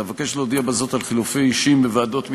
אבקש להודיע בזאת על חילופי אישים בוועדות,